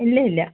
ഇല്ലയില്ല